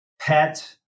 pet